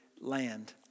land